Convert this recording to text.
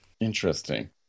Interesting